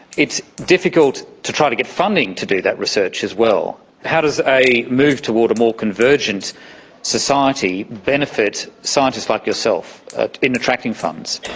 it's difficult to try to get funding to do that research as well. how does a move toward a more convergent society benefit scientists like yourself in attracting funds?